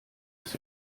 das